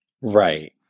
Right